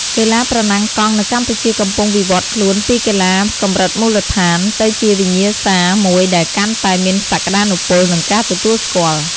កីឡាប្រណាំងកង់នៅកម្ពុជាកំពុងវិវត្តខ្លួនពីកីឡាកម្រិតមូលដ្ឋាន ទៅជាវិញ្ញាសាមួយដែលកាន់តែមានសក្ដានុពល និងការទទួលស្គាល់។